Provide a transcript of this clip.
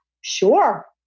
sure